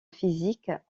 physiques